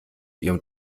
ihrem